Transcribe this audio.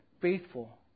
faithful